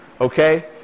Okay